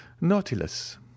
Nautilus